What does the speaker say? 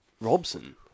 Robson